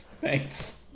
thanks